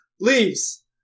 leaves